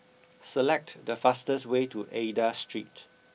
select the fastest way to Aida Street